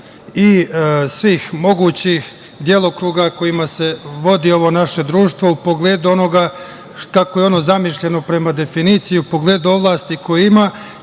i svih mogućih delokruga kojima se vodi ovo naše društvo u pogledu onoga kako je ono zamišljeno prema definiciji, u pogledu ovlasti koje ima